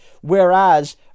whereas